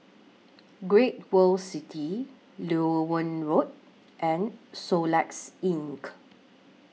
Great World City Loewen Road and Soluxe Ink